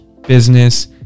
business